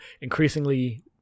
increasingly